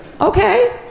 Okay